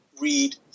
read